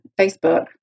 Facebook